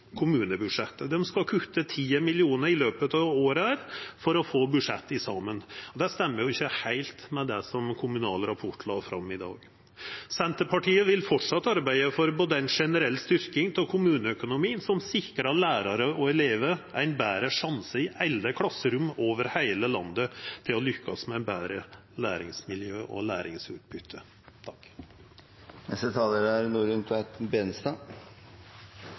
kommunebudsjettet. Dei skal kutta 10 mill. kr i løpet av året for å få budsjettet saman. Det stemmer ikkje heilt med det som Kommunal Rapport la fram i dag. Senterpartiet vil framleis arbeida for ei generell styrking av kommuneøkonomien som sikrar lærarar og elevar ein betre sjanse – i alle klasserom over heile landet – til å lykkast med betre læringsmiljø og